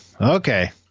Okay